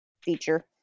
feature